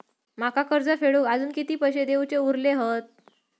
माका कर्ज फेडूक आजुन किती पैशे देऊचे उरले हत?